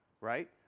right